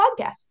Podcast